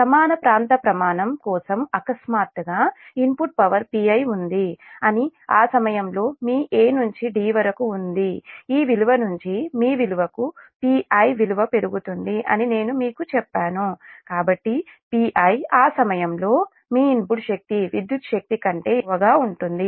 సమాన ప్రాంత ప్రమాణం కోసం అకస్మాత్తుగా ఇన్పుట్ పవర్ Pi ఉంది అని ఆ సమయంలో మీ 'a' నుంచి 'd' వరకు ఈ విలువ నుంచి మీ విలువకు Pi విలువ పెరుగుతుంది అని నేను మీకు చెప్పాను కాబట్టి Pi ఆ సమయంలో మీ ఇన్పుట్ శక్తి విద్యుత్ శక్తి కంటే ఎక్కువగా ఉంటుంది